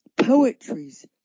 Poetry's